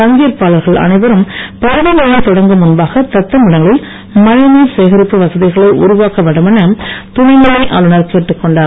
பங்கேற்பாளர்கள் அனைவரும் பருவமழை தொடங்கும் முன்பாக தத்தம் இடங்களில் மழைநீர் சேகரிப்பு வசதிகளை உருவாக்க வேண்டும் என துணைநிலை ஆளுநர் கேட்டுக் கொண்டார்